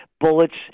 bullets